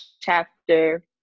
chapter